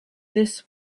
this